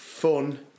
fun